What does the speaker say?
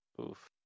oof